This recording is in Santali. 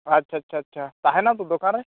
ᱟᱪᱪᱷᱟ ᱪᱷᱟ ᱪᱷᱟ ᱛᱟᱦᱮᱱᱟᱢ ᱛᱚ ᱫᱚᱠᱟᱱ ᱨᱮ